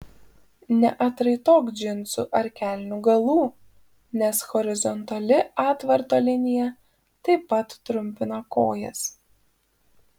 neatraitok džinsų ar kelnių galų nes horizontali atvarto linija taip pat trumpina kojas